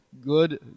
good